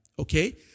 Okay